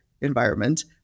environment